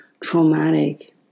traumatic